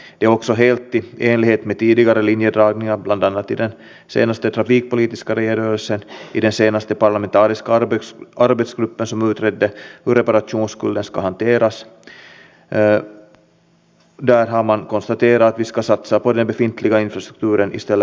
kun toivottavasti toteutatte veronkierron vastaisen toimintaohjelman ja toteutatte lobbarirekisterin ja tämän pyöröovi ilmiön suljette että keskeiset ministerit ja keskeiset virkamiehet eivät siirry paikasta a paikkaan b miten aiotte jatkossa ottaa poliisin syyttäjälaitoksen ja verottajan lausunnot huomioon tässä vaiheessa